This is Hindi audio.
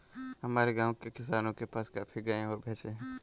हमारे गाँव के किसानों के पास काफी गायें और भैंस है